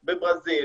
בברזיל,